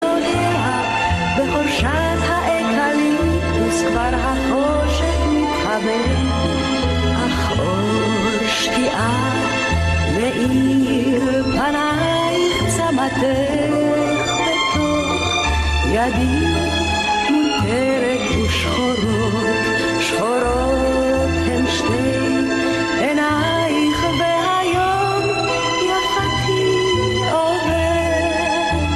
נוגע, בחורשת האקליפטוס כבר החושך מתחבא. אך אור שקיעה מאיר פנייך, צמתך בתוך ידי מוטלת, ושחורות שחורות הן שתי עינייך, והיום, יפתי, עובר